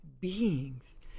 Beings